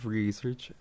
research